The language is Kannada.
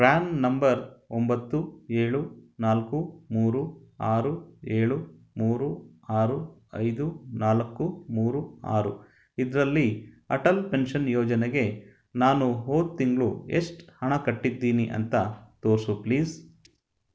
ಪ್ರ್ಯಾನ್ ನಂಬರ್ ಒಂಬತ್ತು ಏಳು ನಾಲ್ಕು ಮೂರು ಆರು ಏಳು ಮೂರು ಆರು ಐದು ನಾಲ್ಕು ಮೂರು ಆರು ಇದರಲ್ಲಿ ಅಟಲ್ ಪೆನ್ಷನ್ ಯೋಜನೆಗೆ ನಾನು ಹೋದ ತಿಂಗಳು ಎಷ್ಟು ಹಣ ಕಟ್ಟಿದ್ದೀನಿ ಅಂತ ತೋರಿಸು ಪ್ಲೀಸ್